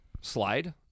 slide